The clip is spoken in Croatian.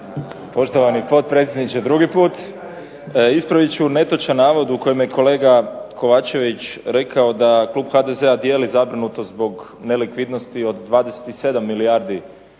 Poštovani potpredsjedniče drugi put. Ispravit ću netočan navod u kojem je kolega Kovačević rekao da klub HDZ-a dijeli zabrinutost zbog nelikvidnosti od 27 milijardi